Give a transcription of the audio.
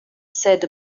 said